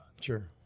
Sure